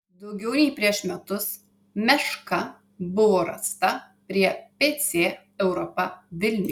daugiau nei prieš metus meška buvo rasta prie pc europa vilniuje